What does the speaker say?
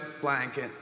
blanket